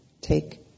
take